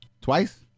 Twice